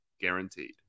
guaranteed